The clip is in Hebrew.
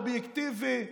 אובייקטיבי: